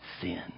sin